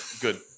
good